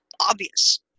obvious